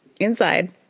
inside